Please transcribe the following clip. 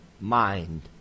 mind